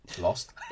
lost